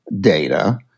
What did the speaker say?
data